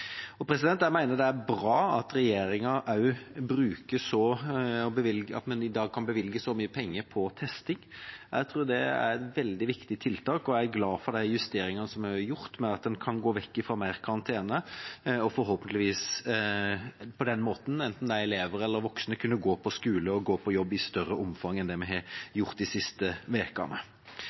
Jeg mener det er bra at regjeringa ønsker å bevilge så mange penger til testing. Jeg tror det er et veldig viktig tiltak. Jeg er også glad for de justeringene som er gjort ved at en kan gå bort fra mer karantene og forhåpentligvis på den måten, enten det er elever eller voksne, kan gå på skole og på jobb i større omfang enn det vi har gjort de siste